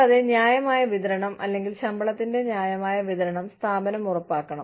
കൂടാതെ ന്യായമായ വിതരണം അല്ലെങ്കിൽ ശമ്പളത്തിന്റെ ന്യായമായ വിതരണം സ്ഥാപനം ഉറപ്പാക്കണം